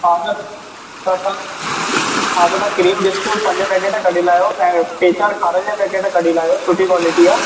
हा त त तव्हां हा त क्रीम बिस्कुट पंज पैकेट कढी लायो ऐं टे चारि खारियुनि जा पैकेट कढी लायो सुठी कॉलिटी जा